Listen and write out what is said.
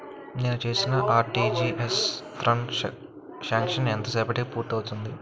నేను చేసిన RTGS transaction ఎంత సేపటికి పూర్తి అవుతుంది?